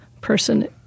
person